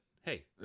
hey